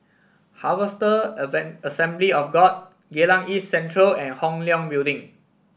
Harvester Assembly of God Geylang East Central and Hong Leong Building